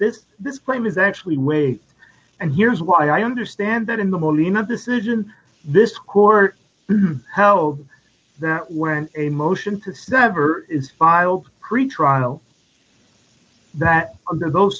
this this claim is actually way and here's why i understand that in the moline of decision this court held that when a motion to sever is filed pretrial that under those